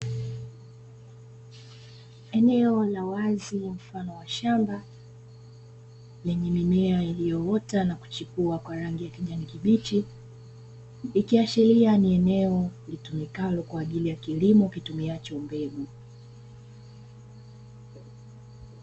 Eneo la wazi ni mfano wa shamba lenye mimea iliyoota na kuchipua kwa rangi ya kijani kibichi, kuashiria ni kwa ajili ya kilimo ukitumiacho mbegu.